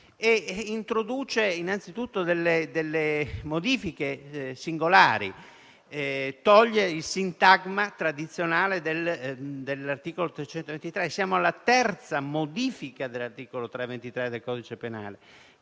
Introduce, innanzitutto, delle modifiche singolari, togliendo il sintagma tradizionale dell'articolo 323. Siamo alla terza modifica dell'articolo 323 del codice penale,